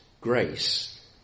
grace